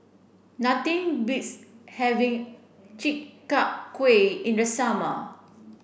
nothing beats having Chi Kak Kuih in the summer